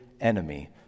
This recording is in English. enemy